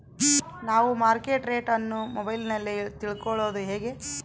ನಾವು market rate ಅನ್ನು ಮೊಬೈಲಲ್ಲಿ ತಿಳ್ಕಳೋದು ಹೇಗೆ?